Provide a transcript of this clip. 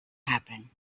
happen